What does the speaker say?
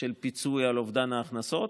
של פיצוי על אובדן ההכנסות.